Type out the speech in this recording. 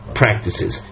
practices